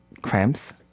cramps